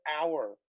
hour